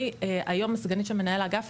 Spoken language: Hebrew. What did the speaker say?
אני היום סגנית של מנהלת האגף,